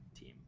team